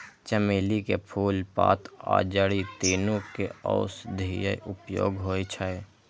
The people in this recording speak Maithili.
चमेली के फूल, पात आ जड़ि, तीनू के औषधीय उपयोग होइ छै